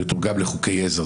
זה יתורגם לחוקי עזר.